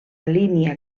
línia